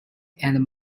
and